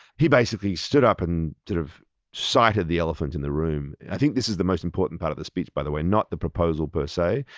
he basically stood up and sort of cited the elephant in the room. i think this is the most important part of the speech, by the way, not the proposal per se,